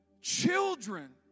Children